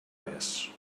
res